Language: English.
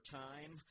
time